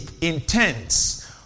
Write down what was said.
intense